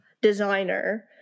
designer